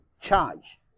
charge